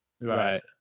Right